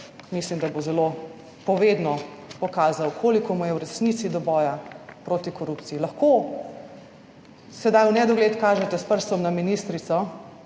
mislim, da bo zelo povedno pokazal, koliko mu je v resnici do boja proti korupciji. Lahko sedaj v nedogled kažete s prstom na ministrico,